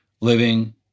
living